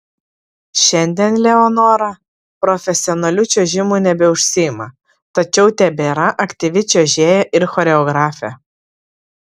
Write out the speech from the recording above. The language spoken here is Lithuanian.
šiandien leonora profesionaliu čiuožimu nebeužsiima tačiau tebėra aktyvi čiuožėja ir choreografė